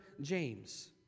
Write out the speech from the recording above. James